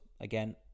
again